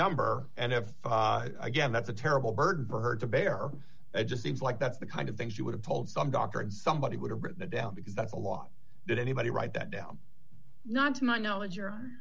number and if again that's a terrible burden for her to bear it just seems like that's the kind of things she would have told some doctor and somebody would have written it down because that's a lot did anybody write that down not to my knowledge or